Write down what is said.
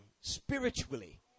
spiritually